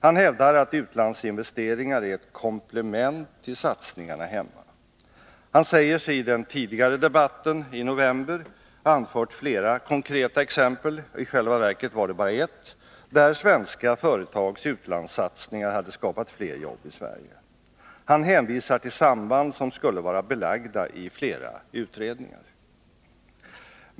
Han hävdar att utlandsinvesteringar är ett komplement till satsningarna hemma. Han säger sig i den tidigare debatten i november ha anfört flera konkreta exempel — i 13 själva verket var det bara ett — där svenska företags utlandssatsningar hade skapat fler jobb i Sverige. Han hänvisar till samband som skulle vara belagda i flera utredningar.